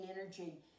energy